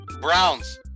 Browns